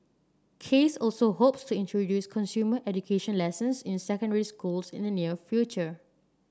case also hopes to introduce consumer education lessons in secondary schools in the near future